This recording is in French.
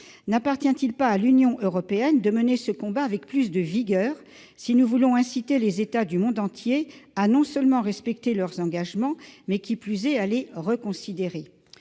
N'appartient-il pas à l'Union européenne de mener ce combat avec plus de vigueur, si nous voulons inciter les États du monde entier non seulement à respecter leurs engagements, mais, qui plus est, à les reconsidérer ?